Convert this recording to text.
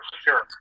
sure